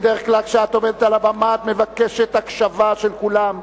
בדרך כלל כשאת עומדת על הבמה את מבקשת הקשבה של כולם.